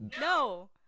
no